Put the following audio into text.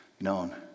known